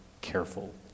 careful